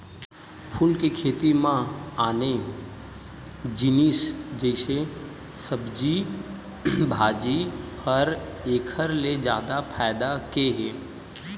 फूल के खेती म आने जिनिस जइसे सब्जी भाजी, फर एखर ले जादा फायदा के हे